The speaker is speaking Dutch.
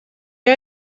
jij